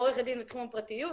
עורכת הדין בתחום הפרטיות.